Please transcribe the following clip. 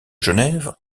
genève